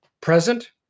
present